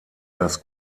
das